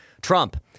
trump